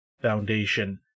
Foundation